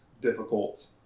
difficult